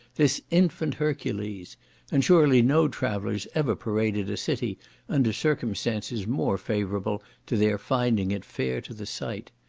this infant hercules and surely no travellers ever paraded a city under circumstances more favourable to their finding it fair to the sight.